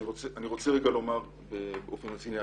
אני רוצה לומר באופן רציני,